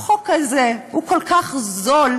החוק הזה הוא כל כך זול,